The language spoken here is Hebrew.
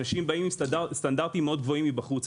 אנשים באים עם סטנדרטים גבוהים מאוד מבחוץ,